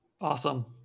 awesome